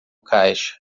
caixa